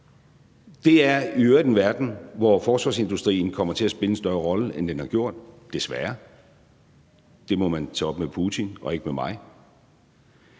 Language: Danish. Det er i øvrigt en verden, hvor forsvarsindustrien kommer til at spille en større rolle, end den har gjort – desværre. Det må man tage op med Putin og ikke med mig.